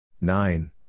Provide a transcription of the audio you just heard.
Nine